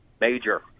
major